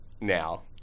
now